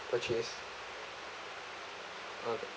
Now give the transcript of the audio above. purchase okay